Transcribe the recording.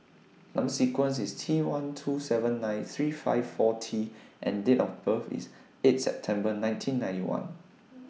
Number sequence IS T one two seven nine three five four T and Date of birth IS eight September nineteen ninety one